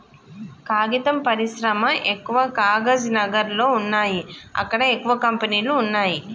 కాగితం పరిశ్రమ ఎక్కవ కాగజ్ నగర్ లో వున్నాయి అక్కడ ఎక్కువ కంపెనీలు వున్నాయ్